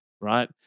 right